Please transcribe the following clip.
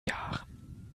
jahren